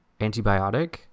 antibiotic